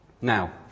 Now